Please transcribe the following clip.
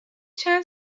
چند